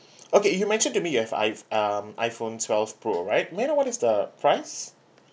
okay you mentioned to me you have iph~ um iPhone twelve pro right may I know what is the price